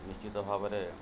ନିଶ୍ଚିତ ଭାବରେ